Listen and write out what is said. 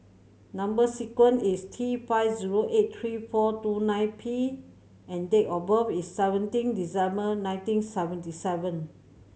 number sequence is T five zero eight three four two nine P and date of birth is seventeen December nineteen seventy seven